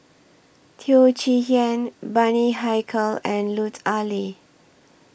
Teo Chee Hean Bani Haykal and Lut Ali